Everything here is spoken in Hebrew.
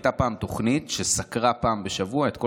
הייתה פעם תוכנית שסקרה פעם בשבוע את כל